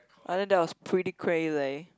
I think that was pretty crazy